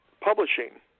publishing